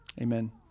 Amen